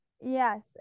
yes